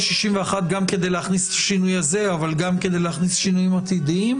61 גם כדי להכניס את השינוי הזה אבל גם כדי להכניס שינויים עתידיים.